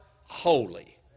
holy